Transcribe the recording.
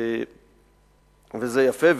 וזה יפה.